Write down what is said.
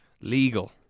Legal